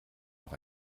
auch